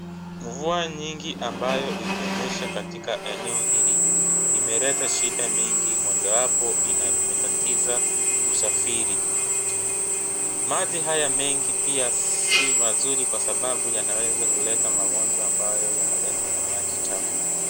Mvua nyingi ambayo imenyesha katika eneo hili imeleta shida mingi mojawapo imetatiza usafiri. Maji haya mengi pia si mazuri kwa sababu yanaweza kuleta magonjwa ambayo yanaletwa na maji chafu.